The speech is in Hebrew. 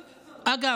אגב,